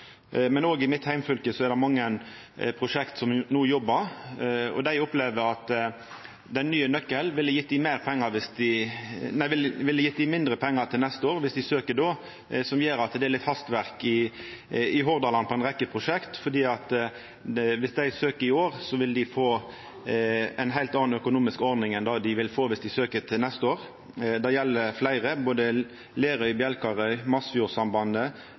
Men òg i mitt heimfylke er det mange prosjekt som ein no jobbar med. Dei opplever at den nye nøkkelen vil gje dei mindre pengar til neste år viss dei søkjer då. Det gjer at det er litt hastverk på ei rekkje prosjekt i Hordaland, for viss dei søkjer i år, vil dei få ei heilt anna økonomisk ordning enn viss dei søkjer til neste år. Det gjeld fleire, for eksempel både